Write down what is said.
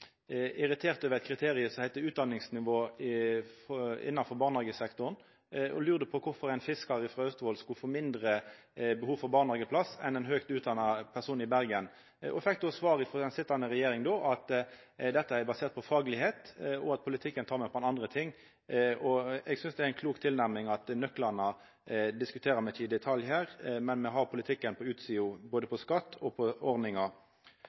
over kriteriet som heiter utdanningsnivå innan barnehagesektoren. Ein lurte på kvifor ein fiskar frå Austevoll skulle ha mindre behov for barnehageplass enn ein høgt utdanna person i Bergen. Me fekk svar frå den sitjande regjeringa at dette er basert på faglegheit, og at politikken gjeld for andre ting. Eg synest det er ei klok tilnærming at me ikkje diskuterer nøklane i detalj, men diskuterer politikken på utsida, både når det gjeld skatt og ordningar.